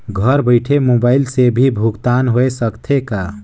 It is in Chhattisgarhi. घर बइठे मोबाईल से भी भुगतान होय सकथे का?